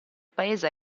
paese